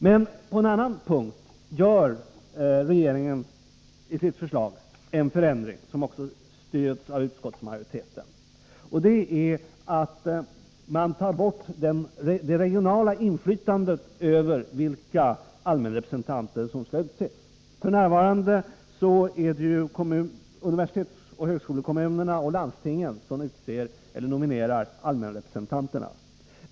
Men på en annan punkt gör regeringen i sitt förslag en förändring, som också stöds av utskottsmajoriteten, och det är att man tar bort det regionala inflytandet över vilka allmänrepresentanter som skall utses. F. n. är det universitetsoch högskolekommunerna och landstingen som nominerar allmänrepresentanterna.